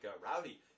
rowdy